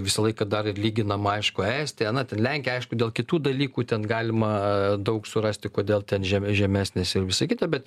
visą laiką dar ir lyginama aišku estija na ten lenkija aišku dėl kitų dalykų ten galima daug surasti kodėl ten žeme žemesnės ir visa kita bet